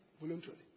voluntarily